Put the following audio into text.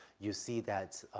you'll see that,